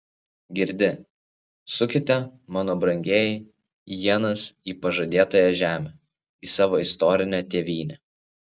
girdi sukite mano brangieji ienas į pažadėtąją žemę į savo istorinę tėvynę